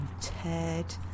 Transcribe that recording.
Ted